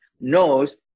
knows